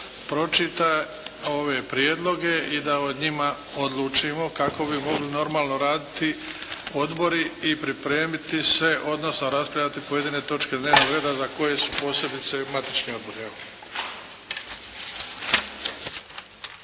pročita ove prijedloge i da o njima odlučimo kako bi mogli normalno raditi odbori i pripremiti se, odnosno raspravljati pojedine točke dnevnog reda za koje su posebice matični odbori.